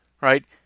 right